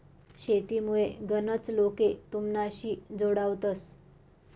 शेतीमुये गनच लोके तुमनाशी जोडावतंस